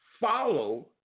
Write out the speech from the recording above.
follow